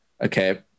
Okay